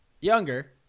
Younger